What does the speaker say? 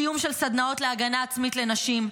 קיום של סדנאות להגנה עצמית לנשים,